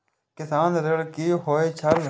किसान ऋण की होय छल?